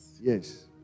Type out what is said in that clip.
Yes